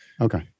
Okay